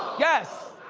yes!